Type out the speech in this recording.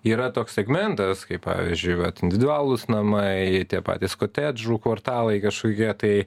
yra toks segmentas kaip pavyzdžiui va individualūs namai tie patys kotedžų kvartalai kažkokie tai